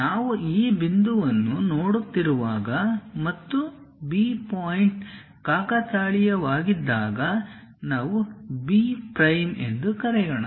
ನಾವು ಈ ಬಿಂದುವನ್ನು ನೋಡುತ್ತಿರುವಾಗ ಮತ್ತು B ಪಾಯಿಂಟ್ ಕಾಕತಾಳೀಯವಾಗಿದ್ದಾಗ ನಾವು B ಪ್ರೈಮ್ ಎಂದು ಕರೆಯೋಣ